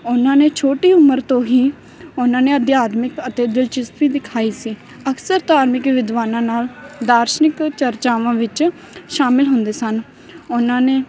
ਉਹਨਾਂ ਨੇ ਛੋਟੀ ਉਮਰ ਤੋਂ ਹੀ ਉਹਨਾਂ ਨੇ ਅਧਿਆਤਮਿਕ ਅਤੇ ਦਿਲਚਸਪੀ ਦਿਖਾਈ ਸੀ ਅਕਸਰ ਧਾਰਮਿਕ ਵਿਦਵਾਨਾਂ ਨਾਲ ਦਾਰਸ਼ਨਿਕ ਚਰਚਾਵਾਂ ਵਿੱਚ ਸ਼ਾਮਿਲ ਹੁੰਦੇ ਸਨ ਉਹਨਾਂ ਨੇ